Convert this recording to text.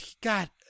God